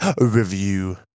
Review